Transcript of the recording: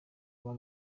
kuba